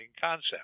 concept